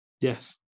Yes